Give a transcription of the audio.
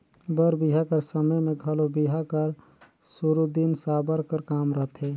बर बिहा कर समे मे घलो बिहा कर सुरू दिन साबर कर काम रहथे